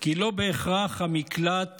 כי המקלט